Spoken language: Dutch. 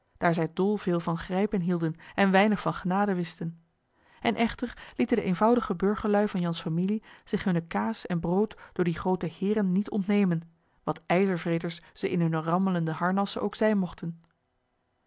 daar zij dol veel van grijpen hielden en weinig van genade wisten en echter lieten de eenvoudige burgerluî van jan's familie zich hunne kaas en brood door die groote heeren niet ontnemen wat ijzervreters ze in hunne rammelende harnassen ook zijn mogten